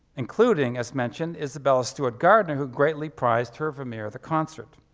including as mentioned, isabella steward gardner who greatly prized her vermeer, the concert.